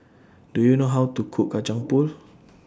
Do YOU know How to Cook Kacang Pool